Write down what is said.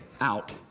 out